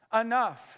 enough